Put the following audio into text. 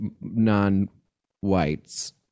non-whites